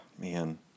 man